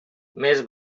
més